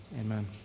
Amen